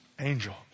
angel